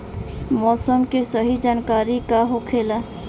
मौसम के सही जानकारी का होखेला?